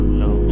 no